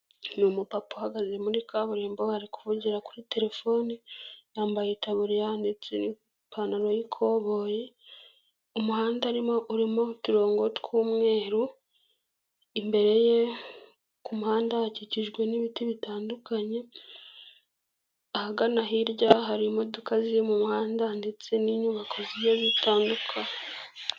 Ni umupapa uhagaze muri kaburimbo, ari kuvugira kuri terefone, yambaye itaburiya ndetse n'ipantaro y'ikoboyi, umuhanda arimo urimo uturongo tw'umweru, imbere ye ku muhanda hakikijwe n'ibiti bitandukanye, ahagana hirya hari imodoka ziri mu muhanda ndetse n'inyubako zigiye zitandukanye.